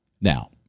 Now